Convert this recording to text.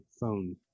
phone